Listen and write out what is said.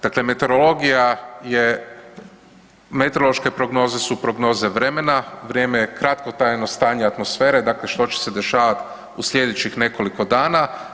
Dakle, meteorologija je, meteorološke prognoze su prognoze vremena, vrijeme je kratkotrajno stanje atmosfere, dakle što će se dešavat u slijedećih nekoliko dana.